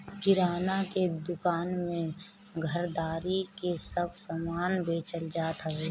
किराणा के दूकान में घरदारी के सब समान बेचल जात हवे